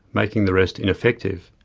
making the rest ineffective.